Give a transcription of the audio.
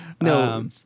No